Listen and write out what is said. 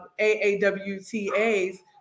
AAWTA's